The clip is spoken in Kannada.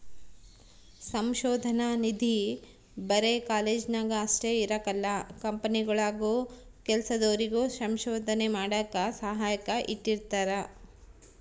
ಸಂಶೋಧನಾ ನಿಧಿ ಬರೆ ಕಾಲೇಜ್ನಾಗ ಅಷ್ಟೇ ಇರಕಲ್ಲ ಕಂಪನಿಗುಳಾಗೂ ಕೆಲ್ಸದೋರಿಗೆ ಸಂಶೋಧನೆ ಮಾಡಾಕ ಸಹಾಯಕ್ಕ ಇಟ್ಟಿರ್ತಾರ